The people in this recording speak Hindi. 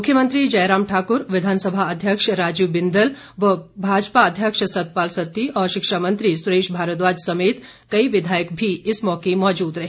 मुख्यमंत्री जयराम ठाकूर विधानसभा अध्यक्ष राजीव बिंदल व भाजपा अध्यक्ष सतपाल सत्ती और शिक्षा मंत्री सुरेश भारद्वाज समेत कई विधायक भी इस मौके मौजूद रहे